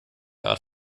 art